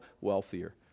wealthier